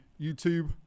YouTube